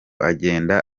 agenda